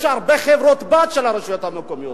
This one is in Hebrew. יש הרבה חברות-בנות של הרשויות המקומיות.